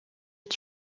est